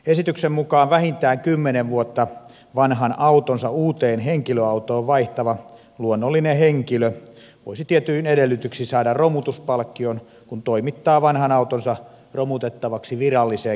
esityksen mukaan vähintään kymmenen vuotta vanhan autonsa uuteen henkilöautoon vaihtava luonnollinen henkilö voisi tietyin edellytyksin saada romutuspalkkion kun toimittaa vanhan autonsa romutettavaksi viralliseen kierrätyspisteeseen